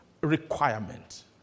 requirement